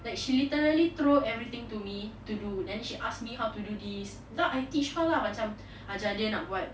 like she literally throw everything to me to do then she asked me how to do this not I teach her lah macam ajar dia nak buat